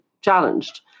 challenged